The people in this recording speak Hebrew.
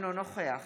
אינו נוכח